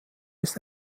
ist